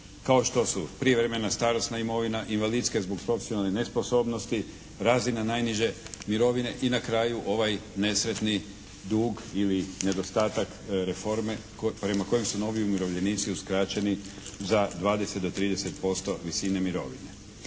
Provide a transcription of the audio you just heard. kao što su prijevremena, starosna imovina, invalidska i zbog profesionalne nesposobnosti, razina najniže mirovine i na kraju ovaj nesretni dug ili nedostatak reforme prema kojem su novi umirovljenici uskraćeni za 20 do 30% visine mirovine.